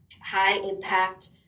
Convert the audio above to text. high-impact